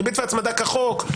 ריבית והצמדה כחוק,